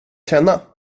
känna